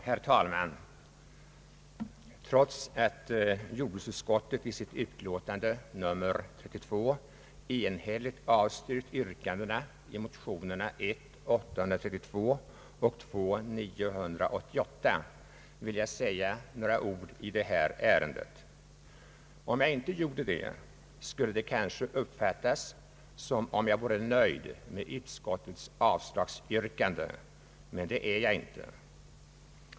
Herr talman! Trots att jordbruksutskottet i sitt utlåtande nr 32 enhälligt avstyrkt yrkandena i motionerna 1: 832 och II: 988 vill jag säga några ord i detta ärende. Om jag inte gjorde så, skulle det kanske uppfattas som om jag vore nöjd med utskottets avslagsyrkande, men det är jag inte.